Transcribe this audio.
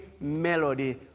melody